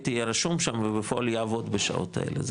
יהיה רשום שם ובפועל יעבוד בשעות האלה,